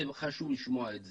זה חשוב לשמוע את זה,